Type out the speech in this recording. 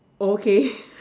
okay